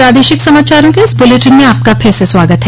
प्रादेशिक समाचारों के इस बुलेटिन में आपका फिर से स्वागत है